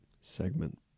segment